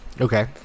Okay